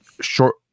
short